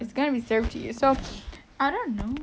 it's gonna be served to you so I don't know